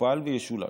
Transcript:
יוכפל וישולש.